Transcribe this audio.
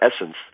essence